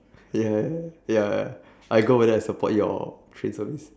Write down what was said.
ya ya ya I go over there and support your train service